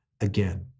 again